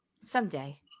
someday